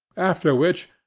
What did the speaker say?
after which,